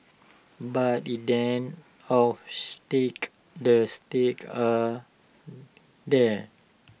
but in of stakes the stakes are there